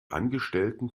angestellten